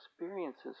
experiences